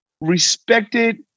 respected